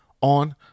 on